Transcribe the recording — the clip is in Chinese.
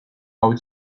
交界